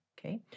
Okay